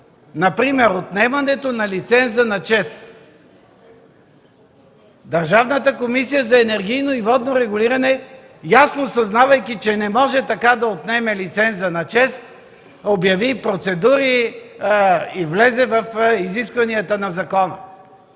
например отнемането на лиценза на ЧЕЗ. Държавната комисия за енергийно и водно регулиране, съзнавайки ясно, че не може така да отнеме лиценза на ЧЕЗ, обяви процедури и влезе в изискванията на закона,